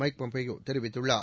mic Pompeo தெரிவித்துள்ளார்